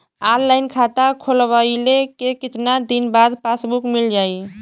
Online खाता खोलवईले के कितना दिन बाद पासबुक मील जाई?